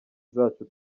zacu